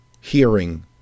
Hearing